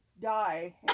die